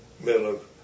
middle